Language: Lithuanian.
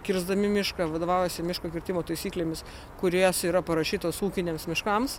kirsdami mišką vadovaujasi miško kirtimo taisyklėmis kur jos yra parašytos ūkiniams miškams